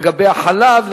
לגבי החלב,